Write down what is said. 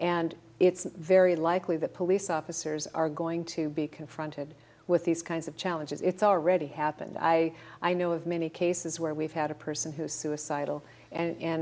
and it's very likely that police officers are going to be confronted with these kinds of challenges it's already happened i i know of many cases where we've had a person who is suicidal and